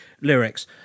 lyrics